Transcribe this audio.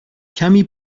کمی